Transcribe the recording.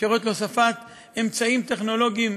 אפשרות להוספת אמצעים טכנולוגיים,